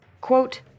Quote